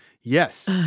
Yes